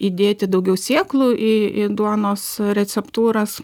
įdėti daugiau sėklų į į duonos receptūras